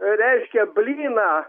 reiškia blyną